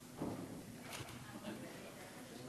כבוד השר,